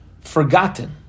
forgotten